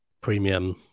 premium